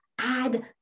add